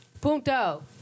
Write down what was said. punto